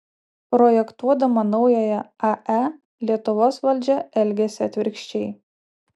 projektuodama naująją ae lietuvos valdžia elgiasi atvirkščiai